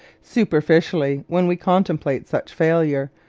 superficially, when we contemplate such failure,